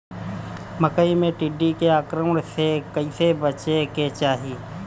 मकई मे टिड्डी के आक्रमण से कइसे बचावे के चाही?